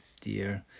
dear